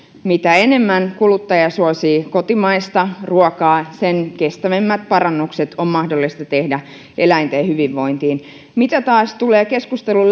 mitä enemmän kuluttaja suosii kotimaista ruokaa sen kestävämmät parannukset on mahdollista tehdä eläinten hyvinvointiin mitä taas tulee keskustelun